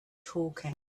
talking